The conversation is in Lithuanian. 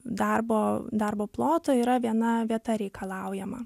darbo darbo ploto yra viena vieta reikalaujama